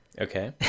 Okay